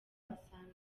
wasanga